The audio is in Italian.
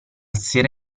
sera